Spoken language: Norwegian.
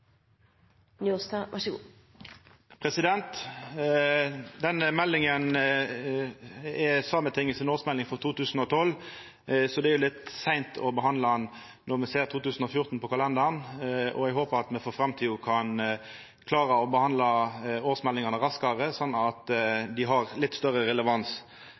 Sametinget si årsmelding for 2012, så det er jo litt seint å behandla ho når me ser 2014 på kalenderen, og eg håpar at me for framtida kan klara å behandla årsmeldingane raskare, sånn at dei har litt større relevans.